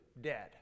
dead